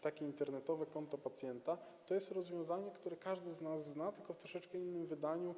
Takie Internetowe Konto Pacjenta jest rozwiązaniem, które każdy z nas zna, tylko w troszeczkę innym wydaniu.